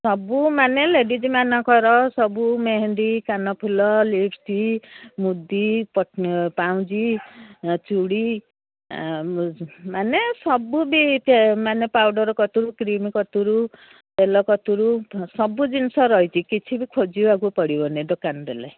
ସବୁ ମାନେ ଲେଡିଜ୍ ମାନଙ୍କର ସବୁ ମେହେନ୍ଦି କାନଫୁଲ ଲିପ୍ଷ୍ଟିକ୍ ମୁଦି ପାଉଁଜି ଚୁଡ଼ି ମାନେ ସବୁ ବି ମାନେ ପାଉଡ଼ର୍ କତିରୁ କ୍ରିମ୍ କତିରୁ ତେଲ କତିରୁ ସବୁ ଜିନିଷ ରହିଚି କିଛି ବି ଖୋଜିବାକୁ ପଡ଼ିବନି ଦୋକାନ ଦେଲେ